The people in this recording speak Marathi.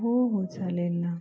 हो हो चालेल ना